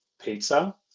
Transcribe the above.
pizza